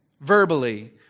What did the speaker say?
verbally